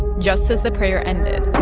just as the prayer ended.